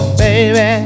baby